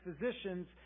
physicians